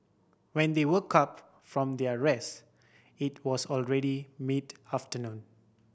when they woke up from their rest it was already mid afternoon